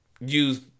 use